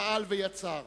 פעל ויצר.